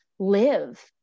Live